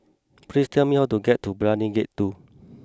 please tell me how to get to Brani Gate two